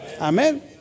Amen